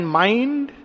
mind